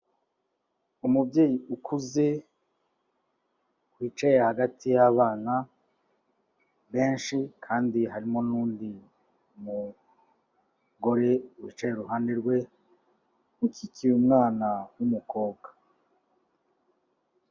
Umubyeyi ukuze wicaye hagati y'abana benshi kandi harimo n'undi mugore wicaye iruhande rwe ukikiye umwana w'umukobwa.